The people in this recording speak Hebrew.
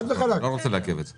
לא רוצה לעכב את זה.